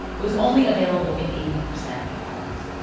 it was only available in eighty percent of homes.